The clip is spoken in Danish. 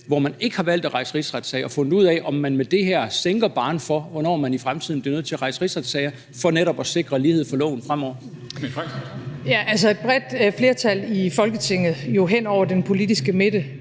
hvor man ikke har valgt at rejse en rigsretssag, og fundet ud af, om man med det her sænker barren for, hvornår man i fremtiden bliver nødt til at rejse en rigsretssag, for netop at sikre lighed for loven fremover? Kl. 13:08 Formanden (Henrik Dam Kristensen):